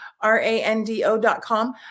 R-A-N-D-O.com